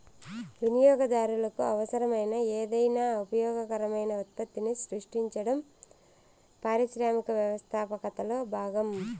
వినియోగదారులకు అవసరమైన ఏదైనా ఉపయోగకరమైన ఉత్పత్తిని సృష్టించడం పారిశ్రామిక వ్యవస్థాపకతలో భాగం